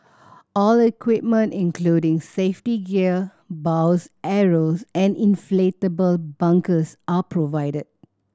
all equipment including safety gear bows arrows and inflatable bunkers are provided